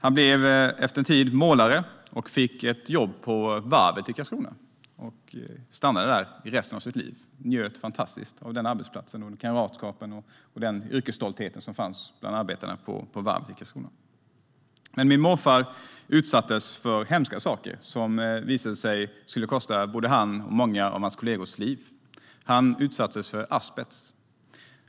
Han blev efter en tid målare och fick jobb på varvet i Karlskrona. Där stannade han resten av sitt liv och njöt otroligt mycket av arbetsplatsen, kamratskapet och yrkesstoltheten bland arbetarna på varvet. Men min morfar utsattes för hemska saker som skulle kosta både hans och många av hans kollegors liv, visade det sig. Han utsattes för asbest.